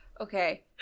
Okay